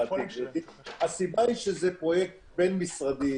הסיבה היא שזה פרויקט בין-משרדי.